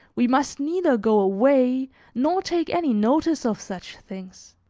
we must neither go away nor take any notice of such things.